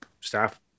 staff